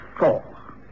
Four